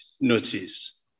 notice